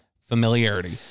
familiarity